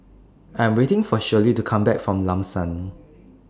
I'm waiting For Shirley to Come Back from Lam San